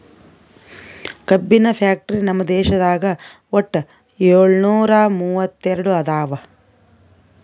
ಕಬ್ಬಿನ್ ಫ್ಯಾಕ್ಟರಿ ನಮ್ ದೇಶದಾಗ್ ವಟ್ಟ್ ಯೋಳ್ನೂರಾ ಮೂವತ್ತೆರಡು ಅದಾವ್